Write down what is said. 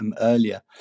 earlier